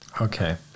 okay